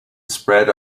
spread